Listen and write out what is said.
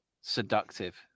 seductive